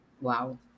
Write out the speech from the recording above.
Wow